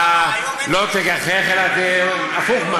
אתה לא תגחך, אלא הפוך,